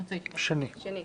שני.